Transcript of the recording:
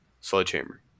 Sledgehammer